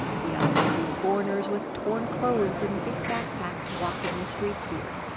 he often sees foreigners with torn clothes and big backpacks walking the streets here.